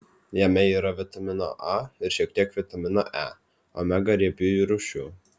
jame yra vitamino a ir šiek tiek vitamino e omega riebiųjų rūgščių